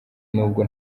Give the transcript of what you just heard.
n’ubwo